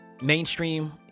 mainstream